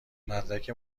مدرک